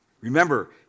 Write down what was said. Remember